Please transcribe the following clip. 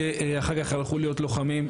שאחר כך הלכו להיות לוחמים,